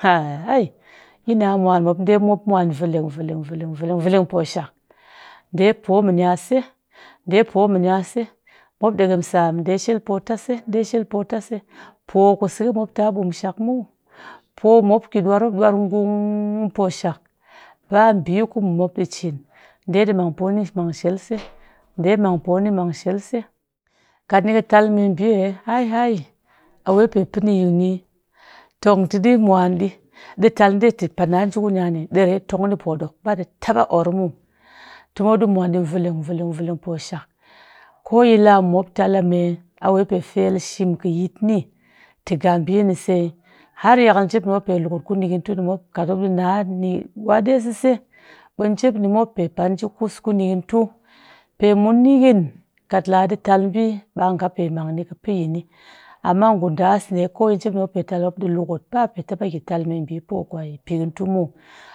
yina mwan mɨ mop demop mwan veleng veleng veleng veleng pooshak, ɗe poo minya se ɗe poo mɨnya se mop ɗekem sam ɗe shelpootase ɗe shelpootase pooku sɨghɨ mop ta ɓumshak muw poo mop ki ɗwaar mop ɗwaar gum poshak ba ɓii ku mop ɗii cin ɗe mang pooni mang shel ɗe ɗi mang pooni mang shelse. Kat ni kɨ tal meɓiieeh hai hai a we pe piniyini tong te ɗii mwan ɗi. Ɗɨ tal ɗe ti pa nanjikunya nee ɗee tongni pooɗook ba ɗi taba orr muw, te mop ɗii mwan ɗi veleng veleng veleng pooshak koyi laa mɨ mop tal a me awe pe fel shil ƙɨ yitni te ga ɓiinise har yakal njep ni mop pee lukut ku nighin tu ni mop kat mop ɗii na nighi wa ɗesese ɓɨ njep ni mop pe we nji kus ku nighintu pe mun nighin kat laa ɗii tal ɓii ɓaa nga pe mang ni kɨ pe yini amma gu ɗaas ɗe koyi njep ni mop pe tal ni mɨ mop ɗii lukut ba mop ɗii tal poo kwe pikhintu muw